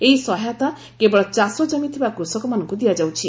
ଏହି ସହାୟତା କେବଳ ଚାଷ କମିଥିବା କୃଷକମାନଙ୍କୁ ଦିଆଯାଉଛି